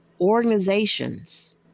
organizations